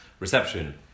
reception